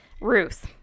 Ruth